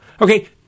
Okay